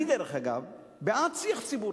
דרך אגב, אני בעד שיח ציבורי,